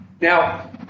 Now